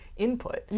input